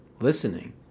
listening